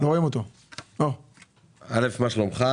ראשית מה שלומך?